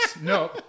No